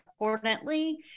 importantly